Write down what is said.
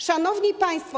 Szanowni Państwo!